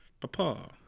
Papa